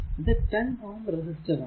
ഇത് 10 Ω റെസിസ്റ്റർ ആണ്